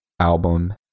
album